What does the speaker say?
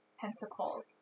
pentacles